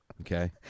Okay